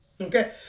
okay